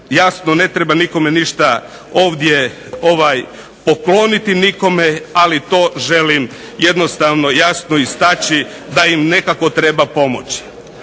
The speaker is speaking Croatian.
Jasno ne treba nikome ništa ovdje pokloniti. Ali to želim jednostavno jasno istaći da im nekako treba pomoći.